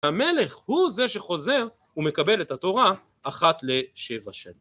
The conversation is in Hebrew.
המלך הוא זה שחוזר ומקבל את התורה אחת לשבע שנים